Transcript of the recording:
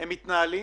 הם מתנהלים